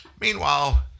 Meanwhile